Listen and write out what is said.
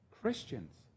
Christians